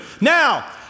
Now